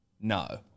No